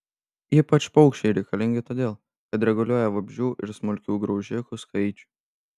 ypač paukščiai reikalingi todėl kad reguliuoja vabzdžių ir smulkių graužikų skaičių